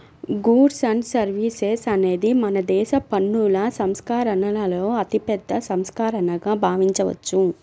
goods and services అనేది మనదేశ పన్నుల సంస్కరణలలో అతిపెద్ద సంస్కరణగా భావించవచ్చు